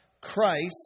Christ